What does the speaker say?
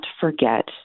forget